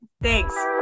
Thanks